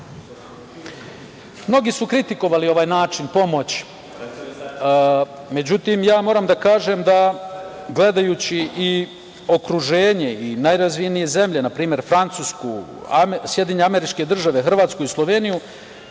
su kritikovali ovaj način pomoći, međutim, moram da kažem, gledajući i okruženje i najrazvijenije zemlje, na primer Francusku, SAD, Hrvatsku i Sloveniju,